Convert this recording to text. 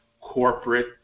corporate